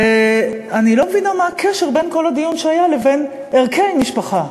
מבינה מה הקשר בין כל הדיון שהיה לבין ערכי המשפחה.